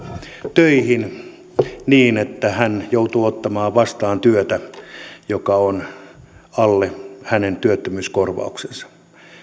töihin niin että hän joutuu ottamaan vastaan työtä joka on alle hänen työttömyyskorvauksensa